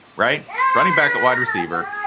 right. running back at wide receiver.